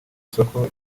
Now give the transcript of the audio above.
soko